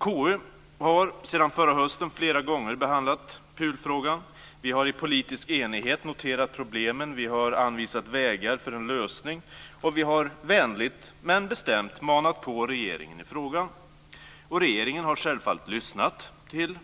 KU har sedan förra hösten flera gånger behandlat PUL-frågan. Vi har i politisk enighet noterat problemen, och vi har anvisat vägar för en lösning. Vi har vänligt men bestämt manat på regeringen i frågan. Regeringen har självfallet lyssnat till